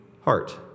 heart